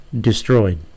destroyed